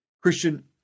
Christian